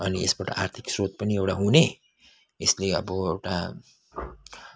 अनि यसबाट आर्थिक स्रोत पनि एउटा हुने यसले अब एउटा